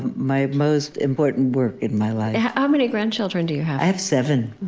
my most important work in my life how many grandchildren do you have? i have seven